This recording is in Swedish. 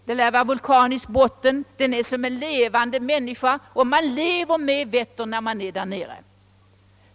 Den lär ha vulkanisk botten; den är som en levande människa, och man lever med Vättern när man är där nere.